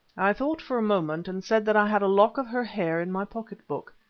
i thought for a moment, and said that i had a lock of her hair in my pocket-book.